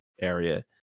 area